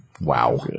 Wow